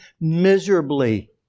miserably